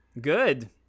Good